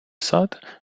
сад